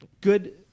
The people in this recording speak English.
good